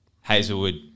Hazelwood